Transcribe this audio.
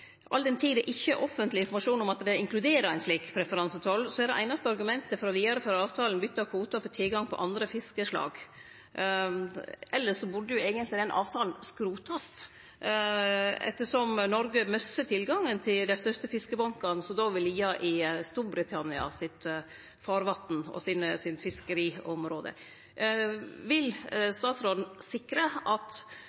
ikkje er offentleg informasjon om at det inkluderer ein slik preferansetoll, er det einaste argumentet for å gjere greie for avtalen å bytte kvotar og få tilgang på andre fiskeslag. Elles burde eigentleg den avtalen skrotast, ettersom Noreg mistar tilgangen til dei største fiskebankane som då vil liggje i Storbritannia sine farvatn og fiskeriområde. Vil